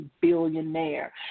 billionaire